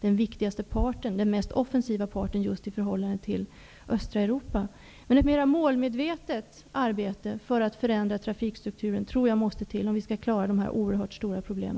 den viktigaste och mest offensiva partnern i förhållande till östra Europa. Jag tror att det måste till ett mer målmedvetet arbete för att förändra trafikstrukturen om vi skall klara av dessa oerhört stora problem.